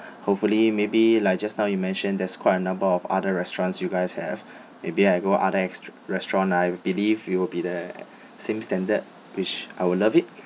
hopefully maybe like just now you mentioned there's quite a number of other restaurants you guys have may be I go other ex~ restaurant I believe it will be there same standard which I will love it